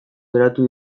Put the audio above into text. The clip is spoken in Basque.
geratu